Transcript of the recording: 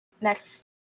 next